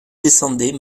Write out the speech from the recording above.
descendait